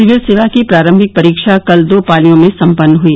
civil सेवा की प्रारम्भिक परीक्षा कल दो पालियों में सम्पन्न हुई